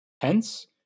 Hence